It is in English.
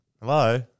Hello